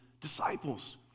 disciples